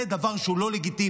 זה דבר שהוא לא לגיטימי.